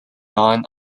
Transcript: non